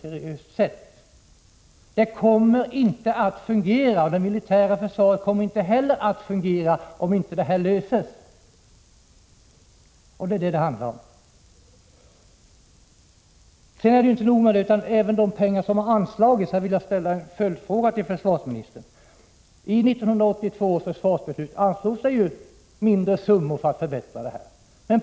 Beredskapen för hälsooch sjukvården kommer inte att fungera och inte heller det militära försvaret kommer att fungera, om inte en lösning kommer till stånd. Jag vill vidare ställa en följdfråga till försvarsministern om de medel som redan är anslagna. I 1982 års försvarsbeslut anslogs några mindre summor för en förbättring på det aktuella området.